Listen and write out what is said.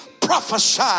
prophesy